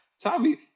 Tommy